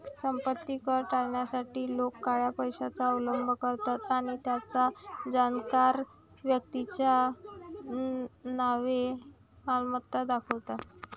संपत्ती कर टाळण्यासाठी लोक काळ्या पैशाचा अवलंब करतात आणि आपल्या जाणकार व्यक्तीच्या नावे मालमत्ता दाखवतात